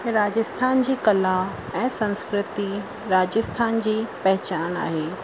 राजस्थान जी कला ऐं संस्कृति राजस्थान जी पहचान आहे